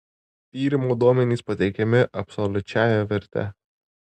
tyrimo duomenys pateikiami absoliučiąja verte